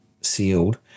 sealed